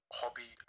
hobby